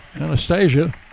Anastasia